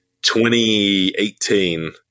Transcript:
2018